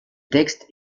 texte